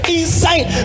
inside